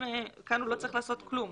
כאן הוא לא צריך לעשות כלום.